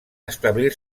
establir